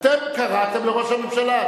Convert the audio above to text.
אתם קראתם לראש הממשלה.